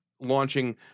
launching